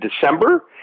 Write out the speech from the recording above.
December